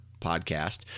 podcast